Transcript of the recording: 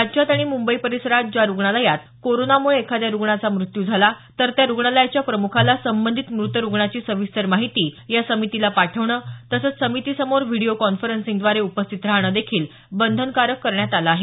राज्यात आणि मुंबई परिसरात ज्या रुग्णालयात कोरोनामुळे एखाद्या रुग्णाचा मृत्यू झाला तर त्या रुग्णालयाच्या प्रमुखाला संबधित मृत रुग्णाची सविस्तर माहिती या समितीला पाठवणं समितीसमोर व्हीडीओ कॉन्फरन्सिंगद्वारे उपस्थित राहणं देखील बंधनकारक तसंच करण्यात आलं आहे